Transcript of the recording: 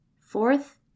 Fourth